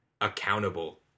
accountable